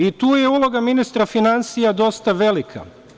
I tu je uloga ministra finansija dosta velika.